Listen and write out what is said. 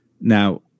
Now